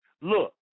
Look